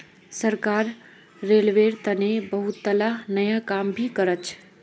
सरकार रेलवेर तने बहुतला नया काम भी करछ